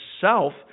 self